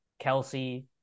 Kelsey